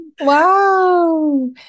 Wow